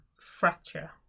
fracture